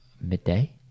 midday